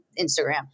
Instagram